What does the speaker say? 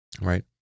right